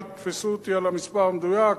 אל תתפסו אותי על המספר המדויק.